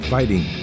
Fighting